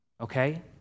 Okay